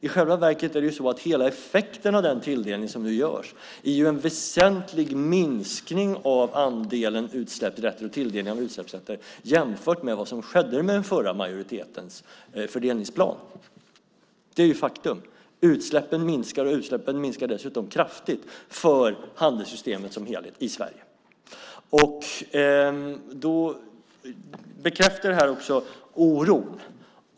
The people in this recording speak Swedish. I själva verket är det så att hela effekten av den tilldelning som nu görs är en väsentlig minskning av tilldelningen av utsläppsrätter jämfört med vad som skedde med den förra majoritetens fördelningsplan. Det är faktum. Utsläppen minskar, och utsläppen minskar dessutom kraftigt för handelssystemet som helhet i Sverige. Det bekräftar också oron.